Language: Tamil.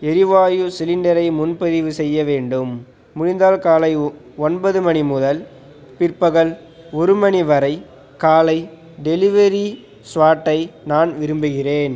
எரிவாயு சிலிண்டரை முன்பதிவு செய்ய வேண்டும் முடிந்தால் காலை ஒ ஒன்பது மணி முதல் பிற்பகல் ஒரு மணி வரை காலை டெலிவரி ஸ்லாட்டை நான் விரும்புகிறேன்